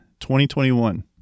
2021